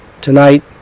tonight